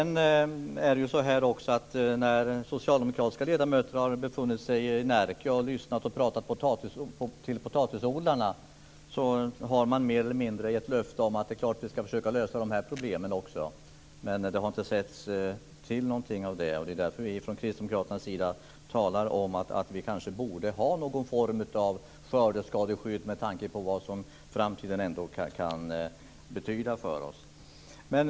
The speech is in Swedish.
När socialdemokratiska ledamöter har befunnit sig i Närke och lyssnat och pratat till potatisodlarna har man mer eller mindre gett löfte om att också försöka lösa dessa problem, men det har inte setts till någonting av det, och det är därför vi från kristdemokraternas sida talar om att vi kanske borde ha någon form av skördeskadeskydd med tanke på vad framtiden ändå kan betyda för oss.